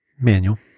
Manual